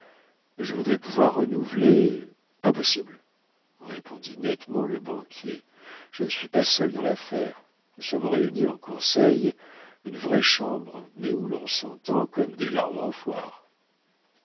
je voudrais pouvoir renouveler impossible répondit nettement le banquier je ne suis pas seul dans l'affaire nous sommes réunis en conseil une vraie chambre mais où l'on s'entend comme des larrons en foire